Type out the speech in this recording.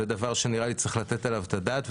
זה דבר שנראה שצריך לתת עליו את הדעת.